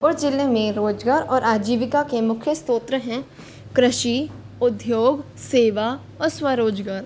उर ज़िले में रोजगार और आजीवीका के मुख्य स्त्रोत हैं कृषि उद्योग सेवा और स्व रोजगार